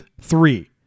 three